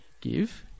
Give